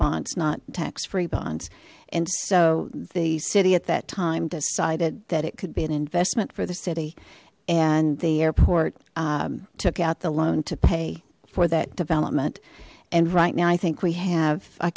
bonds not tax free bonds and so the city at that time decided that it could be an investment for the city and the airport took out the loan to pay for that development and right now i think we have i